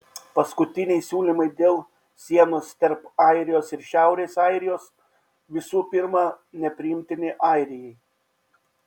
paskutiniai siūlymai dėl sienos tarp airijos ir šiaurės airijos visų pirma nepriimtini airijai